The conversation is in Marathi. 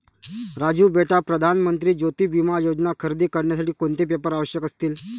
राजू बेटा प्रधान मंत्री ज्योती विमा योजना खरेदी करण्यासाठी कोणते पेपर आवश्यक असतील?